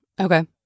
Okay